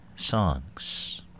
Songs